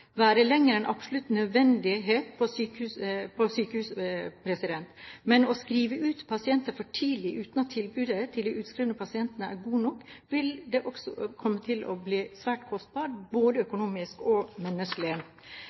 være lenger enn absolutt nødvendig på sykehus, men å skrive ut pasienter for tidlig uten at tilbudet til de utskrevne pasientene er godt nok, vil også komme til å bli svært kostbart – både økonomisk og menneskelig.